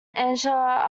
angela